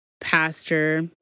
pastor